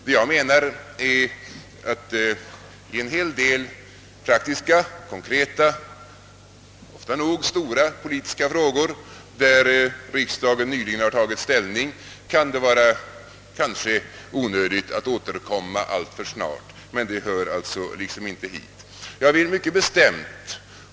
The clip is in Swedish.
Däremot kan det måhända vara onödigt att återkomma alltför snart med motioner i en hel del praktiska konkreta, ofta nog stora politiska frågor, i vilka riksdagen nyligen har tagit ställning.